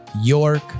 York